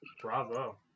Bravo